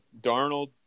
Darnold